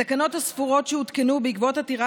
התקנות הספורות שהותקנו בעקבות עתירה